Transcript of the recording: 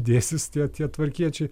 dėsis tie tie tvarkiečiai